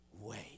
wait